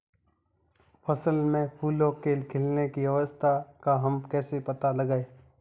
फसल में फूलों के खिलने की अवस्था का हम कैसे पता लगाएं?